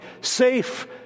safe